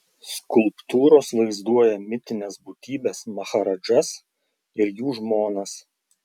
skulptūros vaizduoja mitines būtybes maharadžas ir jų žmonas